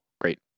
Great